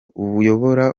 uyobora